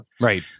Right